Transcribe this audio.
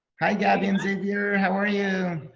hi, gabi and xavier, how are you?